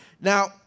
Now